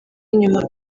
inyuma